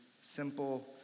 simple